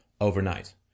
overnight